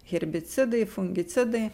herbicidai fungicidai